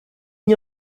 n’y